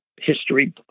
history